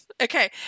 Okay